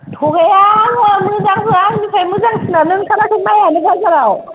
थगाया आङो मोजांखा आंनिफ्राय मोजांसिनानो ओंखाराखै मायानो बाजाराव